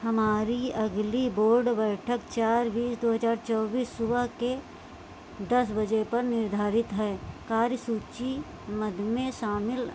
हमारी अगली बोर्ड बैठक चार बीस दो हज़ार चौबीस सुबह के दस बजे पर निर्धारित है कार्य सूचीबद्ध में शामिल